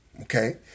Okay